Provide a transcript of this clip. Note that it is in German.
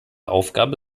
aufgabe